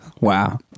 Wow